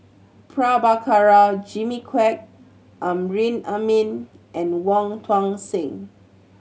Prabhakara Jimmy Quek Amrin Amin and Wong Tuang Seng